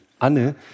Anne